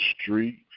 street